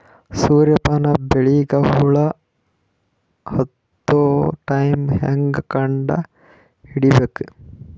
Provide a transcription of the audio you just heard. ಸೂರ್ಯ ಪಾನ ಬೆಳಿಗ ಹುಳ ಹತ್ತೊ ಟೈಮ ಹೇಂಗ ಕಂಡ ಹಿಡಿಯಬೇಕು?